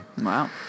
Wow